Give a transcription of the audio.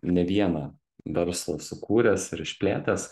ne vieną verslą sukūręs ir išplėtęs